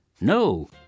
No